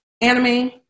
anime